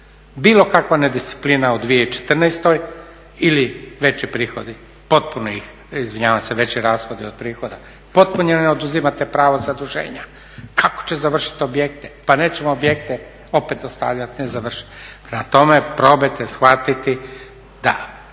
Bilo kakva nedisciplina u 2014.ili veći rashodi od prihoda potpuno im oduzimate pravo zaduženja. Kako će završiti objekte? Pa nećemo objekte opet ostavljati nezavršene. Prema tome, probajte shvatiti da